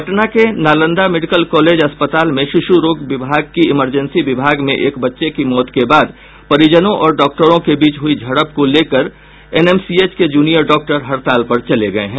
पटना के Nalanda medical college अस्पताल के शिशु रोग विभाग की इमरजेंसी विभाग में एक बच्चे की मौत के बाद परिजनों और डॉक्टरों के बीच हुयी झड़प को लेकर एनएमसीएच के जूनियर डॉक्टर हड़ताल पर चले गये हैं